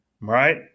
Right